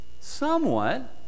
Somewhat